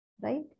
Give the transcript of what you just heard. right